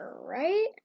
right